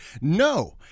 No